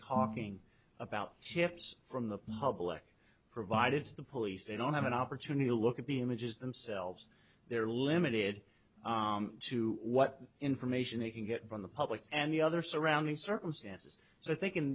talking about tips from the public provided to the police they don't have an opportunity to look at the images themselves they're limited to what information they can get from the public and the other surrounding circumstances so i think in